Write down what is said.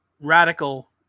radical